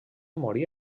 morí